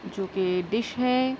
جوکہ ڈش ہے